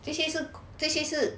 这些是这些是